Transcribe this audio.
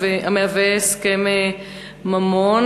המהווה הסכם ממון.